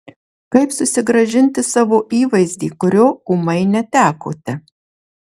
kaip susigrąžinti savo įvaizdį kurio ūmai netekote